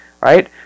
right